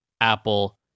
Apple